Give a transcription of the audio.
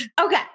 Okay